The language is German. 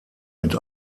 mit